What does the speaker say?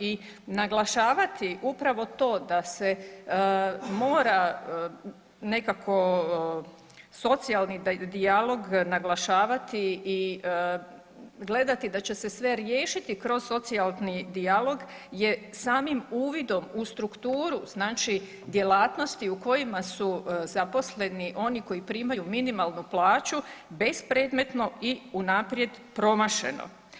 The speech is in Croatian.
I naglašavati upravo to da se mora nekako socijalni dijalog naglašavati i gledati da će se sve riješiti kroz socijalni dijalog je samim uvidom u strukturu znači djelatnosti u kojima su zaposleni oni koji primaju minimalnu plaću bespredmetno i unaprijed promašeno.